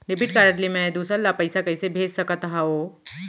Debit card ले मैं दूसर ला पइसा कइसे भेज सकत हओं?